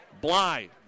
Bly